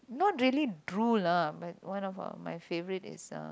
not really drool lah but one of my favourite is uh